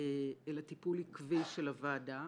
אלא טיפול עקבי של הוועדה.